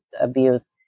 abuse